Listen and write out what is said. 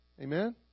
amen